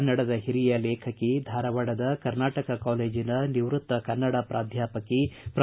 ಕನ್ನಡದ ಹಿರಿಯ ಲೇಖಕಿ ಧಾರವಾಡದ ಕರ್ನಾಟಕ ಕಾಲೇಜಿನ ನಿವೃತ್ತ ಕನ್ನಡ ಪ್ರಾಧ್ಯಾಪಕಿ ಪ್ರೊ